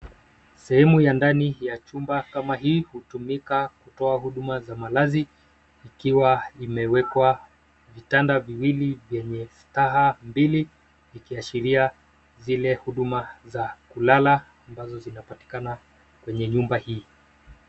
Sehemu ya ndani ya chumba kama hii hutumika kutoa huduma za malazi ikiwa imewekwa vitanda viwili vyenye staha mbili vikiashiria zile huduma za kulala ambazo zinapatikana kwenye nyumba hii.